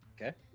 Okay